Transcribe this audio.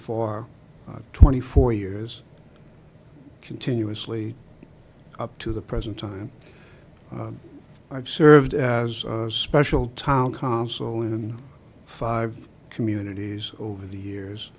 for twenty four years continuously up to the present time i've served as special town council in five communities over the years